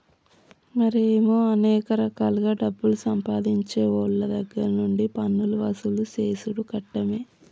మరి ఏమో అనేక రకాలుగా డబ్బులు సంపాదించేవోళ్ళ దగ్గర నుండి పన్నులు వసూలు సేసుడు కట్టమే